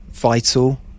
Vital